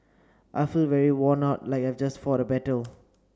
I feel very worn out like I've just fought a battle